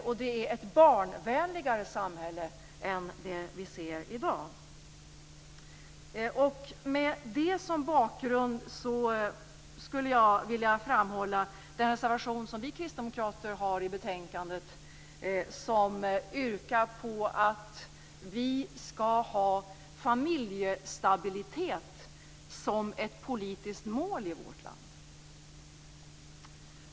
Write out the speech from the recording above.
Det är också ett barnvänligare samhälle än dagens samhälle. Mot bakgrund av detta vill jag framhålla en reservation som vi kristdemokrater har fogat till betänkandet. Där yrkar vi att familjestabilitet skall utgöra ett politiskt mål i vårt land.